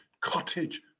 cottage